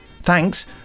thanks